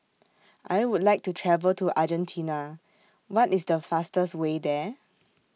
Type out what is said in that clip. I Would like to travel to Argentina What IS The fastest Way There